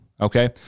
okay